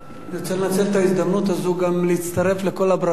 רוצה לנצל את ההזדמנות הזאת ולהצטרף לכל הברכות